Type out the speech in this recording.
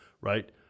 right